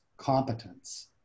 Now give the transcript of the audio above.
competence